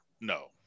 No